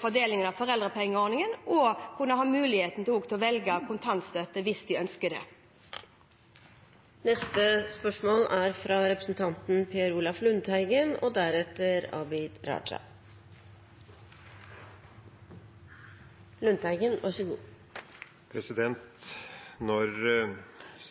fordeling ut fra foreldrepengeordningen, og også å kunne ha mulighet til å velge kontantstøtte hvis de ønsker det. Per Olaf Lundteigen – til oppfølgingsspørsmål. Når foreldrene får kontantstøtte, begynner smårollingene i barnehagen omtrent når de er to år, i stedet for når